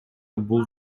бул